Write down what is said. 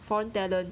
foreign talent